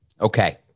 Okay